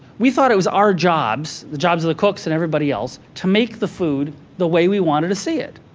we thought it was our jobs, the jobs of the cooks and everybody else, to make the food the way we wanted to see it.